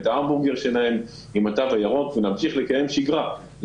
את ההמבורגר שלהם עם התו הירוק ולהמשיך לקיים שגרה?